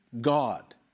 God